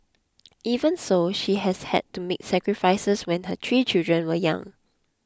even so she has had to make sacrifices when her three children were young